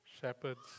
Shepherds